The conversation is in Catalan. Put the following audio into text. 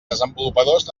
desenvolupadors